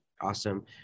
Awesome